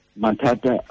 matata